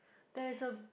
there is a